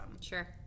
Sure